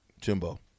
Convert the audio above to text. Jimbo